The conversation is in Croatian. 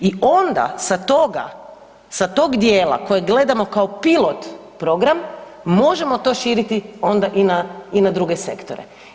I onda sa toga, sa tog dijela kojeg gledamo kao pilot program možemo to širiti onda i na druge sektore.